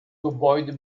gebäude